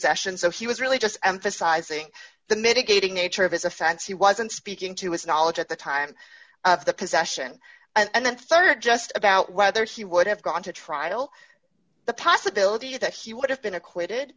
session so he was really just emphasizing the mitigating nature of his offense he wasn't speaking to his knowledge at the time of the possession and then rd just about whether he would have gone to trial the possibility that he would have been acquitted